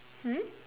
hmm